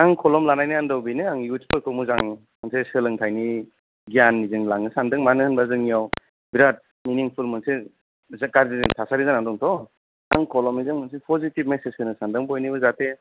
आं खलम लानायनि आन्दोया बेनो आं इयुथ्सफोरखौ मोजां मोनसे सोलोंथाइनि गियानजों लांनो सानदों मानो होनबा जोंनियाव बिराथ मिनिंफुल मोनसे मोनसे गाज्रि थासारि जाना दं थ' आं खलम जों मोनसे फजिटिभ मेसेज होनो सानदों जाहाथे